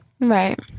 Right